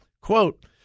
quote